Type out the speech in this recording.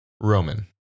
Roman